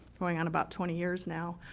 going on about twenty years now,